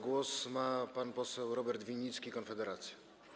Głos ma pan poseł Robert Winnicki, Konfederacja.